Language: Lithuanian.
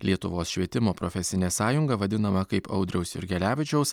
lietuvos švietimo profesinė sąjunga vadinama kaip audriaus jurgelevičiaus